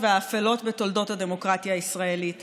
תודה רבה, תודה רבה.